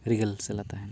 ᱨᱤᱭᱟᱹᱞ ᱥᱟᱹᱞᱟ ᱛᱟᱦᱮᱱ